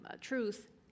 truth